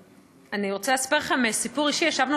אני רוצה לספר לכם סיפור אישי: ישבנו